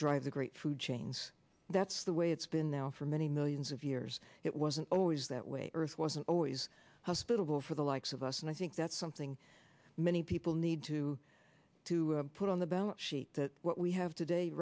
drive the great food chains that's the way it's been now for many millions of years it wasn't always that way earth wasn't always hospitable for the likes of us and i think that's something many people need to to put on the balance sheet that what we have today